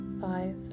five